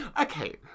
Okay